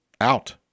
out